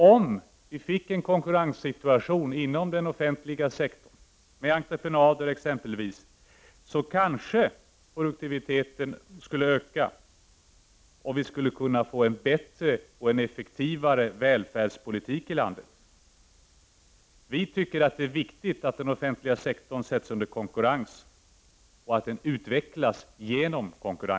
Om vi fick en konkurrenssituation inom den offentliga sektorn, med exempelvis entreprenader, skulle kanske produktiviteten öka och vi skulle kunna få en bättre och effektivare välfärdspolitik i vårt land. Vi tycker att det är viktigt att den offentliga sektorn sätts under konkurrens och utvecklas genom konkurrens.